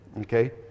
okay